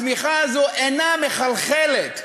הצמיחה הזאת אינה מחלחלת,